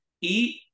eat